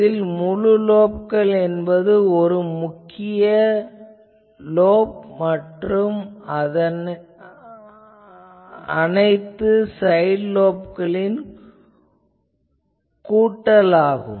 இதில் முழு லோப்கள் என்பது ஒரு முக்கிய லோப் மற்றும் அதன் அனைத்து சைட் லோப்களின் கூட்டல் ஆகும்